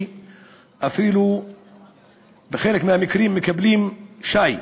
ואפילו בחלק מהמקרים מקבלים שי.